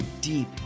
deep